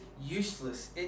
useless